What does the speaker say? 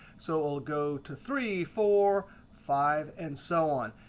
so it will go to three, four, five, and so on.